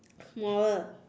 smaller